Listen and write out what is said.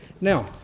Now